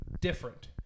different